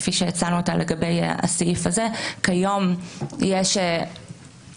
כפי שהצענו אותה לגבי הסעיף הזה כיום יש כמה